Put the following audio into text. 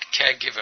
caregiver